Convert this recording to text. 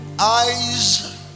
Eyes